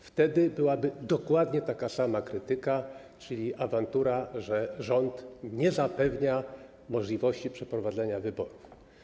Wtedy byłaby dokładnie taka sama krytyka, czyli awantura, że rząd nie zapewnia możliwości przeprowadzenia wyborów.